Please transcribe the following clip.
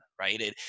Right